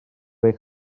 eich